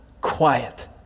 quiet